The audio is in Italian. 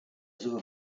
sua